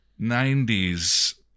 90s